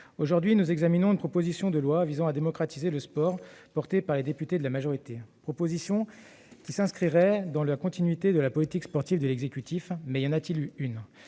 aujourd'hui une proposition de loi visant à démocratiser le sport, déposée par les députés de la majorité. Cette proposition s'inscrirait dans la continuité de la politique sportive de l'exécutif- mais y en a-t-il eu une ?